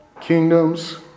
kingdoms